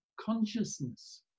consciousness